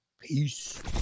peace